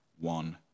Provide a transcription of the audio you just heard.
one